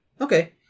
Okay